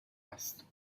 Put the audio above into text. است